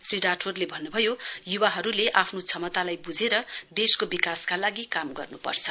श्री राठोरले भन्नुभयो युवाहरुले आफ्नो क्षमतालाई वुझेर देशको विकासका लागि कान गर्नुपर्छ